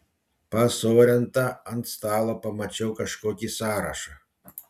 pas orentą ant stalo pamačiau kažkokį sąrašą